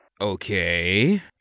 Okay